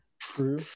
True